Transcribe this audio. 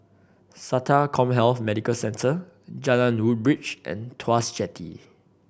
SATA CommHealth Medical Centre Jalan Woodbridge and Tuas Jetty